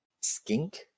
skink